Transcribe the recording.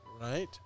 Right